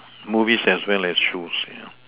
movies as well as shows yeah